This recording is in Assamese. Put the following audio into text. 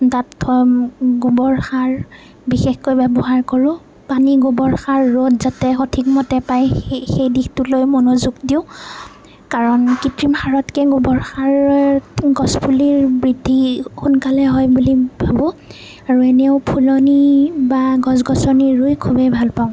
তাত গোবৰ সাৰ বিশেষকৈ ব্যৱহাৰ কৰোঁ পানী গোবৰ সাৰ ৰ'দ যাতে সঠিকমতে পায় সেই দিশটোলৈ মনোযোগ দিওঁ কাৰণ কৃত্ৰিম সাৰতকৈ গোবৰ সাৰত গছপুলি বৃদ্ধি সোনকালে হয় বুলি ভাবোঁ আৰু এনেও ফুলনি বা গছ গছনি ৰুই খুবেই ভাল পাওঁ